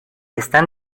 están